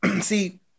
See